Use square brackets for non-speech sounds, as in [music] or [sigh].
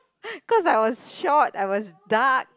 [breath] cause I was short I was dark